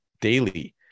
daily